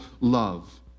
love